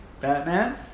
Batman